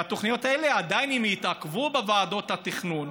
והתוכניות האלה עדיין התעכבו בוועדות התכנון.